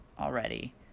already